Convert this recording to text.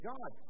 God